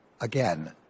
Again